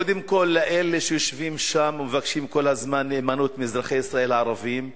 קודם כול לאלה שיושבים שם ומבקשים כל הזמן נאמנות מאזרחי ישראל הערבים.